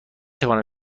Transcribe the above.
توانم